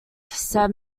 said